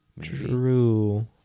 True